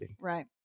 Right